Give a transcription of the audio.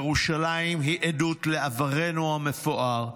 ירושלים היא עדות לעברנו המפואר,